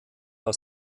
aus